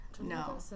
No